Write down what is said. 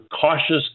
cautious